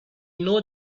know